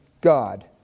God